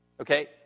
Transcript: Okay